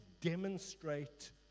demonstrate